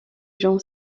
jean